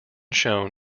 shown